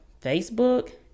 Facebook